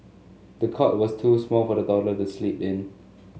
the cot was too small for the toddler to sleep in